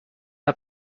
are